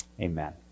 Amen